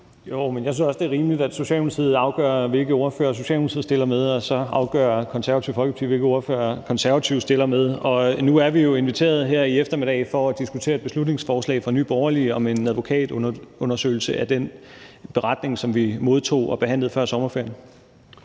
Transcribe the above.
jeg synes også, det er rimeligt, at Socialdemokratiet afgør, hvilke ordførere Socialdemokratiet stiller med, og så afgør Det Konservative Folkeparti, hvilke ordførere de stiller med. Nu er vi jo inviteret her i eftermiddag til at diskutere et beslutningsforslag fra Nye Borgerlige om en advokatundersøgelse af den beretning, som vi modtog og behandlede før sommerferien.